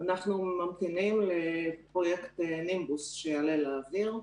אנחנו ממתינים לפרויקט נימבוס שיעלה לאוויר,